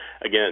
Again